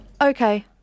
Okay